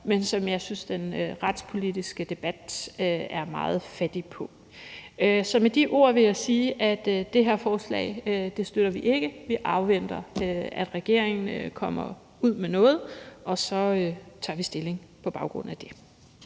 men som jeg synes den retspolitiske debat er meget fattig på. Så med de ord vil jeg sige, at det her forslag støtter vi ikke. Vi afventer, at regeringen kommer med noget, og så tager vi stilling på baggrund af det.